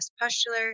pustular